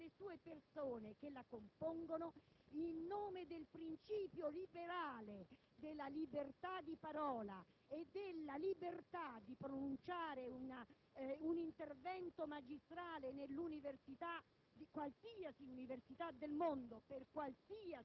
dall'estrema sinistra all'estrema destra e in ognuna delle persone che la compongono, in nome del principio liberale della libertà di parola e di pronunciare un intervento magistrale in qualsiasi università